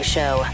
Show